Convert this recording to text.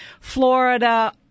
Florida